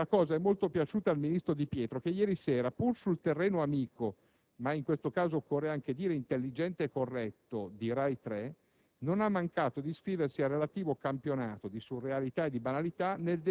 Di surrealità in banalità. Di banalità in surrealità. Ma tant'è, la cosa è molto piaciuta al ministro Di Pietro che ieri sera, pur sul terreno amico - ma, in questo caso, occorre anche dire intelligente e corretto - di RAI 3,